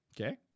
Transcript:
Okay